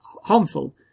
harmful